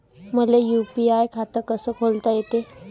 मले यू.पी.आय खातं कस खोलता येते?